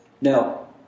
Now